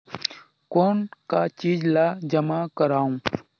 कौन का चीज ला जमा करवाओ?